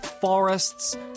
forests